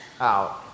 out